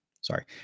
sorry